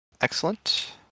excellent